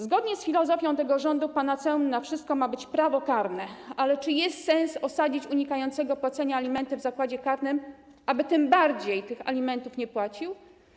Zgodnie z filozofią tego rządu panaceum na wszystko ma być prawo karne, ale czy jest sens osadzić unikającego płacenia alimentów w zakładzie karnym, aby tym bardziej tych alimentów nie płacił?